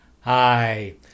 Hi